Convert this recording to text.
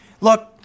Look